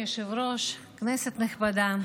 אדוני היושב-ראש, כנסת נכבדה,